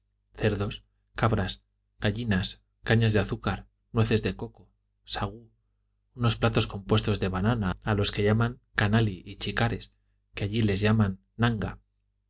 cerdos cabras gallinas cañas de azúcar nueces de coco sagú unos platos compuestos de bananas a los que llaman canali y chicares que aquí les llaman nanga